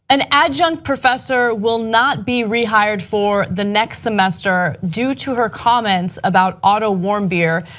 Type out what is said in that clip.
an adjunct professor will not be rehired for the next semester due to her comments about otto warmbier,